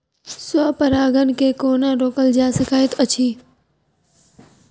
स्व परागण केँ कोना रोकल जा सकैत अछि?